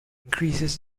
increases